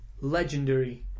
legendary